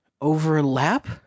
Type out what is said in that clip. overlap